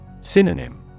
Synonym